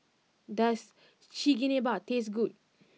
does Chigenabe taste good